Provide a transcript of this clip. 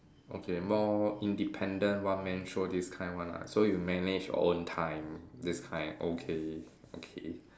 okay more independent one man show this kind one ah so you manage your own time this time okay okay